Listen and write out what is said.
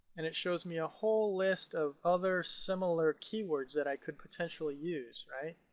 and it shows me a whole list of other similar keywords that i could potentially use, right.